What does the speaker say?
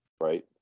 right